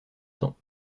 temps